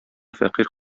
фәкыйрь